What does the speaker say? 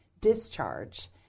discharge